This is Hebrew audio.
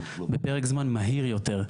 בפרק זמן מהיר יותר.